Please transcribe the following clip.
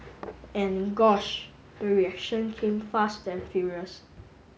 and gosh the reactions came fast and furious